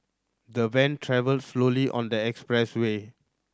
the van travelled slowly on the expressway